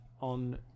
on